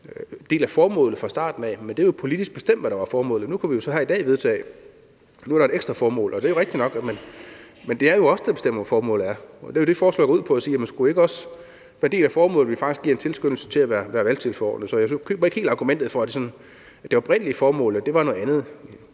det er jo politisk bestemt, hvad der var formålet. Nu kunne vi så her i dag vedtage, at der er et ekstra formål. Det er jo os, der bestemmer, hvad formålet er. Forslaget går ud på at formulere, om det ikke også skulle være en del af formålet, at vi faktisk giver en tilskyndelse til at være valgtilforordnet. Så jeg køber ikke helt argumentet om, at det oprindelige formål var noget andet.